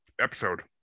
episode